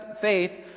faith